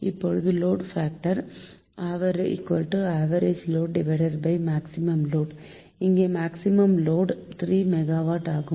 இப்போது load factor average load maximum load இங்கே maximum load 3 megawatt ஆகும்